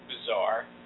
bizarre